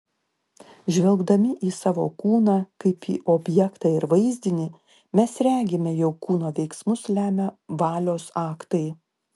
žvelgdami į savo kūną kaip į objektą ir vaizdinį mes regime jog kūno veiksmus lemia valios aktai